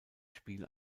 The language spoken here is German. spiel